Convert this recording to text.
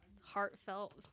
heartfelt